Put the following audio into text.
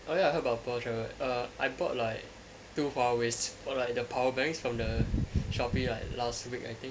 oh ya I heard about portable charger err I bought like two hua wei's or like the power banks from the Shopee like last week I think